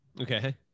Okay